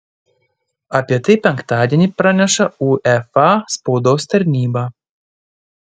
apie tai penktadienį praneša uefa spaudos tarnyba